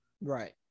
Right